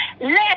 Let